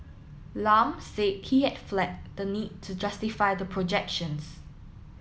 Lam said he had flagged the need to justify the projections